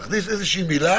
להכניס איזושהי מילה